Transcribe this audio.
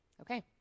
Okay